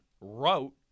wrote